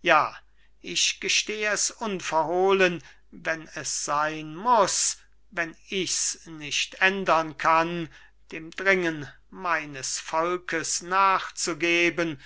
ja ich gesteh es unverhohlen wenn es sein muß wenn ich's nicht ändern kann dem dringen meines volkes nachzugeben